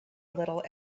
little